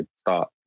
start